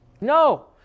No